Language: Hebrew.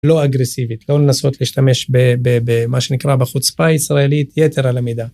לא אגרסיבית, לא לנסות להשתמש במה שנקרא בחוצפה הישראלית, יתר על המידה.